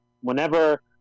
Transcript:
Whenever